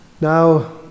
Now